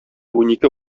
унике